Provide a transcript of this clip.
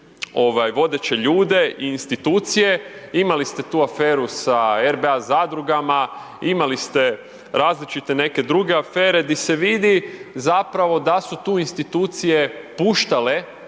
vodeće ljude i institucije. Imali ste tu aferu sa RBA zadrugama, imali ste različite neke druge afere, di se vidi zapravo da su tu institucije puštale